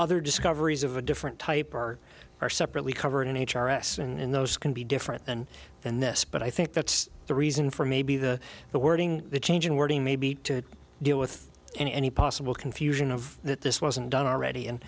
other discoveries of a different type are are separately covered in h r s and those can be different than than this but i think that's the reason for maybe the the wording the change in wording maybe to deal with any possible confusion of that this wasn't done already and